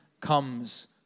comes